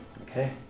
okay